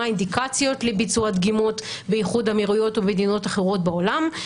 מה האינדיקציות לביצוע דגימות באיחוד האמירויות ובמדינות אחרות בעולם,